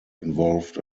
involved